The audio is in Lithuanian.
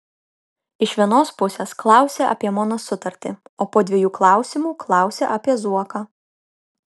iš vienos pusės klausi apie mano sutartį o po dviejų klausimų klausi apie zuoką